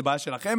זאת בעיה שלכם